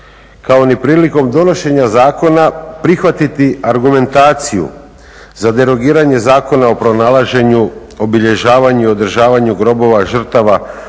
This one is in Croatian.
kao ni prilikom donošenja zakona prihvatiti argumentaciju za derogiranje Zakona o pronalaženju, obilježavanju, održavanju grobova žrtava